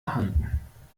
erhalten